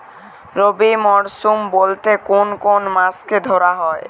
রবি মরশুম বলতে কোন কোন মাসকে ধরা হয়?